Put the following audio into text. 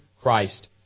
Christ